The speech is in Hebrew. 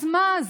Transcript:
אז מה,